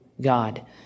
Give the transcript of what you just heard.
God